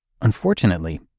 Unfortunately